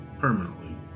permanently